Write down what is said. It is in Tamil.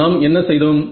நாம் என்ன செய்தோம்